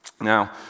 Now